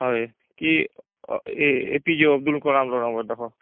ହଁ ଏ କି ଏପିଜି ଅବଦୁଲ କଲାମର ନବ ଯଦି ଦେଖ